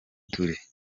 turi